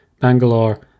Bangalore